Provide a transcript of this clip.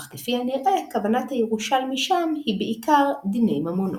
אך כפי הנראה כוונת הירושלמי שם היא בעיקר דיני ממונות.